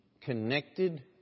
connected